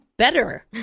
better